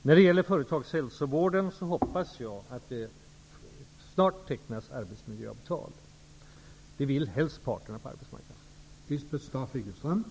När det gäller företagshälsovården hoppas jag att det snart skall tecknas arbetsmiljöavtal. Parterna på arbetsmarknaden vill helst det.